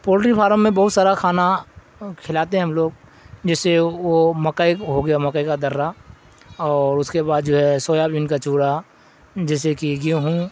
poultry farm میں بہت سارا کھانا کھلاتے ہیں ہم لوگ جس سے وہ مکئی ہو گیا مکئی کا دررہ اور اس کے بعد جو ہے سویاابین کا چورا جیسے کہ گیہوں